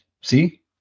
see